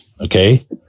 okay